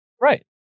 Right